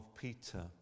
Peter